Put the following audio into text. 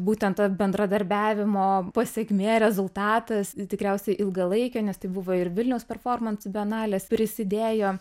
būtent ta bendradarbiavimo pasekmė rezultatas tikriausiai ilgalaikė nes tai buvo ir vilniaus performansų bienalės prisidėjo